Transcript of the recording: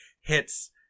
hits